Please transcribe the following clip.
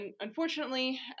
unfortunately